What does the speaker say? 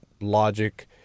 logic